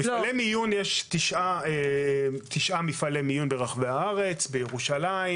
יש תשעה מפעלי מיון ברחבי הארץ - בירושלים,